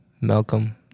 malcolm